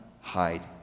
hide